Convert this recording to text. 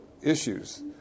issues